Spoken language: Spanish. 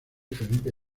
felipe